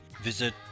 visit